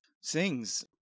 sings